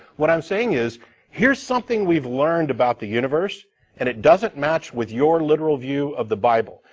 what i'm saying is here's something we've learned about the universe and it doesn't match with your literal view of the bible.